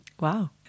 Wow